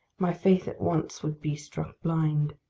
my faith at once would be struck blind.